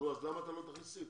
אז למה לא תכניס סעיף?